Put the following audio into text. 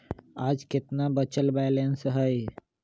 आज केतना बचल बैलेंस हई?